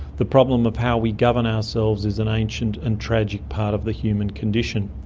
the problem of how we govern ourselves is an ancient and tragic part of the human condition.